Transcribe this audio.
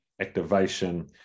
activation